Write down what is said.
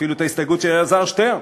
אפילו את ההסתייגות של אלעזר שטרן.